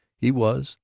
he was,